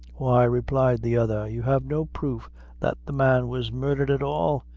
why, replied the other, you have no proof that the man was murdered at all.